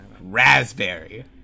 Raspberry